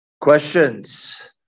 Questions